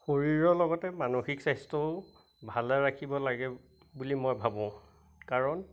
শৰীৰৰ লগতে মানসিক স্বাস্থ্যও ভালে ৰাখিব লাগে বুলি মই ভাবোঁ কাৰণ